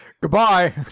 Goodbye